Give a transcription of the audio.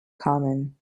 common